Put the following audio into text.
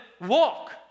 walk